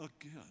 again